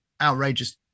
outrageous